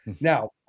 now